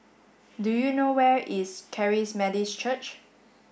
do you know where is Charis Methodist Church